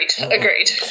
Agreed